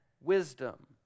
wisdom